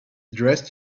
dressed